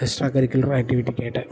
extra curricular ആക്ടിവിറ്റിക്കായിട്ട്